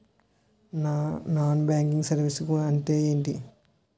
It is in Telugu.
నాన్ బ్యాంకింగ్ సర్వీసెస్ అంటే ఎంటి?